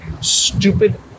stupid